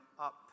up